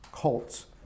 cults